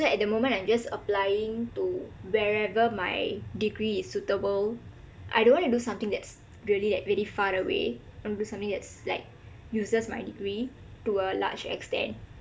at the moment I'm just applying to wherever my degree is suitable I don't want to do something that's really abit far away I wanna do something that's like uses my degree to a large extent